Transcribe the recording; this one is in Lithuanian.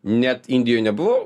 net indijoj nebuvau